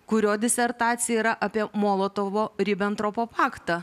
kurio disertacija yra apie molotovo ribentropo paktą